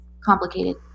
complicated